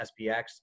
SPX